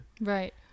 right